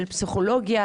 של פסיכולוגיה,